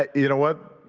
ah you know what?